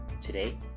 Today